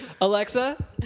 Alexa